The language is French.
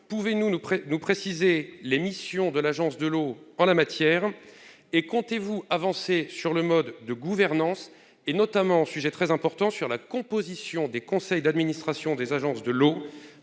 pouvez-vous nous préciser les missions des agences de l'eau en la matière ? Comptez-vous avancer sur le mode de gouvernance, notamment sur le sujet très important de la composition des conseils d'administration des agences de l'eau,